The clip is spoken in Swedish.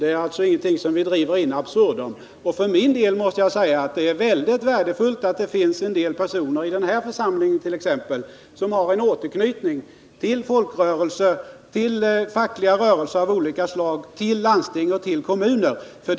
Det är alltså ingenting som vi driver in absurdum. För min del måste jag säga att jag tycker det är mycket värdefullt att det finns några personer it.ex. den här församlingen som har en återknytning till folkrörelserna, till fackliga rörelser av olika slag, till landsting och till kommuner.